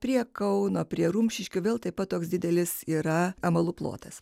prie kauno prie rumšiškių vėl taip pat toks didelis yra amalų plotas